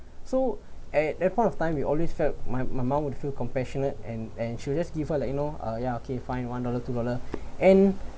so at that point of time we always felt my my mom would feel compassionate and and she will just give her like you know uh ya okay fine one dollar two dollar and